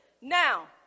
Now